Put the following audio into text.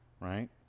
right